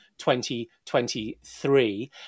2023